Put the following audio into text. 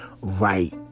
right